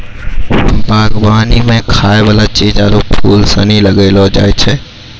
बागवानी मे खाय वाला चीज आरु फूल सनी लगैलो जाय छै